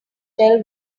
tell